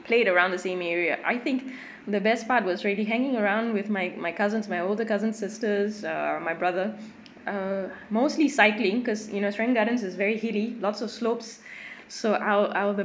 played around the same area I think the best part was really hanging around with my my cousins my older cousin sisters uh my brother uh mostly cycling cause you know serangoon gardens is very hilly lots of slopes so I'll I'll